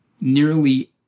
nearly